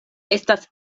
estas